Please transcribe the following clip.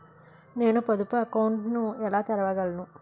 నేను పొదుపు అకౌంట్ను ఎలా తెరవగలను?